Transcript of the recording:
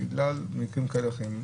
בגלל מקרים כאלה ואחרים,